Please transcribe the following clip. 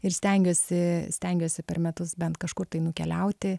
ir stengiuosi stengiuosi per metus bent kažkur tai nukeliauti